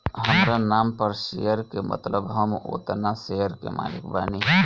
हामरा नाम पर शेयर के मतलब हम ओतना शेयर के मालिक बानी